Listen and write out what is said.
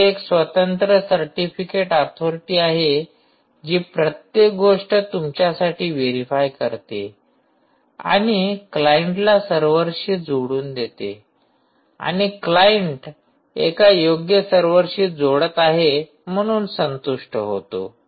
इथे एक स्वतंत्र सर्टिफिकेट अथोरिटी आहे जी प्रत्येक गोष्ट तुमच्यासाठी व्हेरिफाय करते आणि क्लायंटला सर्व्हरशी जोडून देते आणि क्लाइंट एका योग्य सर्व्हरशीजोडत आहे म्हणून संतुष्ट होतो